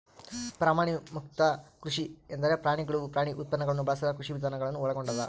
ಪ್ರಾಣಿಮುಕ್ತ ಕೃಷಿ ಎಂದರೆ ಪ್ರಾಣಿಗಳು ಪ್ರಾಣಿ ಉತ್ಪನ್ನಗುಳ್ನ ಬಳಸದ ಕೃಷಿವಿಧಾನ ಗಳನ್ನು ಒಳಗೊಂಡದ